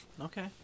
Okay